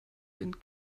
wind